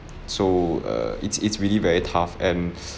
so err it's it's really very tough and